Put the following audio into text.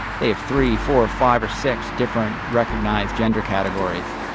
they have three, four, five or six different recognized gender categories.